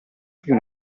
più